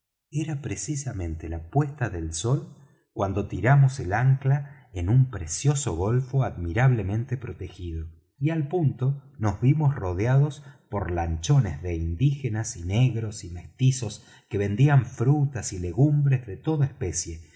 era precisamente la puesta del sol cuando tiramos el ancla en un precioso golfo admirablemente protegido y al punto nos vimos rodeados por lanchones de indígenas y negros y mestizos que vendían frutas y legumbres de toda especie